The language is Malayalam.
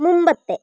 മുമ്പത്തെ